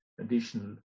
additional